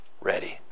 ready